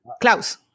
Klaus